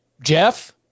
Jeff